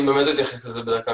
אני אתייחס לזה בקצרה.